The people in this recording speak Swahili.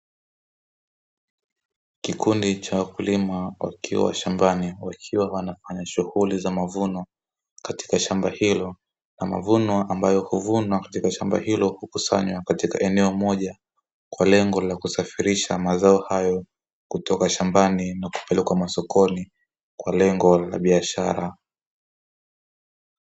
Kikundi cha wakulima wakiwa shambani wakiwa wanafanya shughuli za mavuno katika shamba hilo na mavuno ambayo huvunwa katika shamba hilo hukusanywa katika eneo moja kwa lengo la kusafirisha mazao hayo kutoka mashambani na kupelekwa sokoni kwa lengo la biashara.